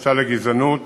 הסתה לגזענות